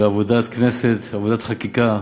בעבודת כנסת, עבודת חקיקה מפוארת,